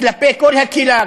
כלפי כל הקהילה,